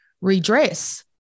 redress